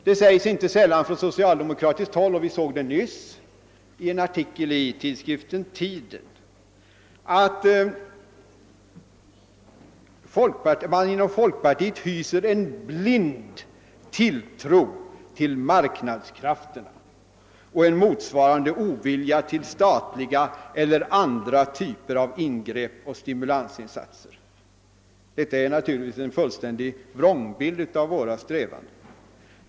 Det sägs inte sällan från socialdemokratiskt håll — vi såg det nyss i en artikel i tidskriften Tiden — att man inom folkpartiet hyser en blind tilltro till marknadskrafterna och en motsvarande ovilja till statliga eller andra typer av ingrepp och stimulansinsatser. Detta är naturligtvis en fullständig vrångbild av våra strävanden.